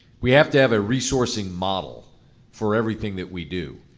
we have to have a resourcing model for everything that we do.